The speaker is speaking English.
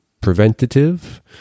preventative